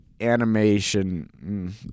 animation